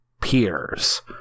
peers